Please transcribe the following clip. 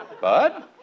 Bud